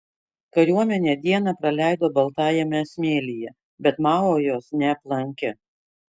kariuomenė dieną praleido baltajame smėlyje bet mao jos neaplankė